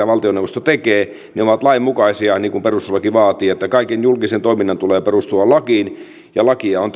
valtioneuvosto tekee ovat lainmukaisia niin kuin perustuslaki vaatii että kaiken julkisen toiminnan tulee perustua lakiin ja lakia on